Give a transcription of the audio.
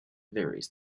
varies